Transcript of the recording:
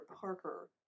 Parker